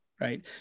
right